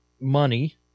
money